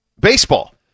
baseball